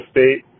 State